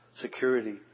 Security